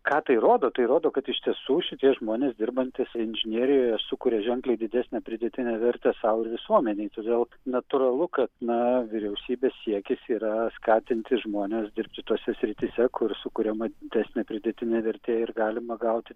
ką tai rodo tai rodo kad iš tiesų šitie žmonės dirbantys inžinerijoje sukuria ženkliai didesnę pridėtinę vertę sau ir visuomenei todėl natūralu kad na vyriausybės siekis yra skatinti žmones dirbti tose srityse kur sukuriama didesnė pridėtinė vertė ir galima gauti